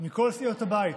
מכל סיעות הבית